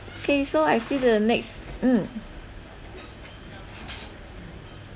okay so I see the next mm